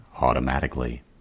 automatically